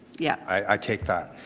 yeah. i take that.